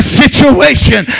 situation